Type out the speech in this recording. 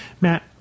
Matt